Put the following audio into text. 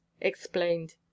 explained